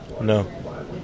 No